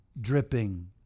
dripping